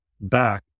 back